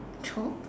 chope